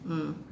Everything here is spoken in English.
mm